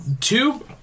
two